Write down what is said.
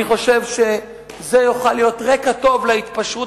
אני חושב שזה יוכל להיות רקע טוב להתפשרות